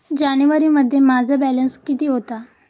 जानेवारीमध्ये माझा बॅलन्स किती होता?